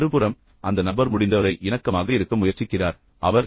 மறுபுறம் அந்த நபர் முடிந்தவரை இணக்கமாக இருக்க முயற்சிக்கிறார் அவர் விரும்புகிறார்